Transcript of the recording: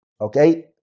okay